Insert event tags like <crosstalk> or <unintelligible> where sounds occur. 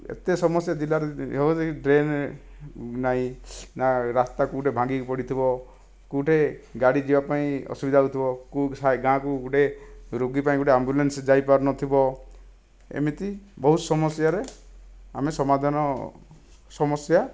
ଏତେ ସମସ୍ୟା ଜିଲ୍ଲାରେ ହଁ <unintelligible> ଡ୍ରେନ ନାହିଁ ନା ରାସ୍ତା କେଉଁଠି ଭାଙ୍ଗିକି ପଡ଼ିଥିବ କେଉଁଠି ଗାଡ଼ି ଯିବା ପାଇଁ ଅସୁବିଧା ହେଉଥିବ କେଉଁଠି ସାହି ଗାଁକୁ ଗୁଟେ ରୋଗୀ ପାଇଁ ଗୁଟେ ଅମ୍ବୁଲାନ୍ସ ଯାଇପାରୁ ନଥିବ ଏମିତି ବହୁ ସମସ୍ୟାରେ ଆମେ ସମାଧାନ ସମସ୍ୟା